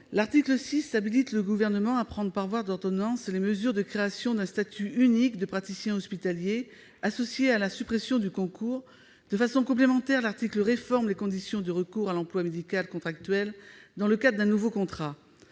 L'article 6 habilite le Gouvernement à prendre par voie d'ordonnance les mesures en vue de la création d'un statut unique de praticien hospitalier, qui ira de pair avec la suppression du concours. De façon complémentaire, l'article réforme les conditions de recours à l'emploi médical contractuel dans le cadre d'un nouveau contrat.